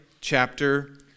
chapter